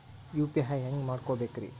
UPI ಹ್ಯಾಂಗ ಮಾಡ್ಕೊಬೇಕ್ರಿ?